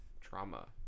trauma